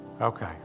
okay